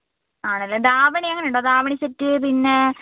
ആണല്ലേ ധാവണി അങ്ങനെ ഉണ്ടോ ധാവണി സെറ്റ് പിന്നെ